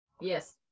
Yes